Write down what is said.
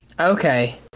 Okay